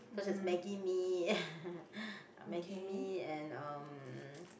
such as Maggi Mee Maggi Mee and um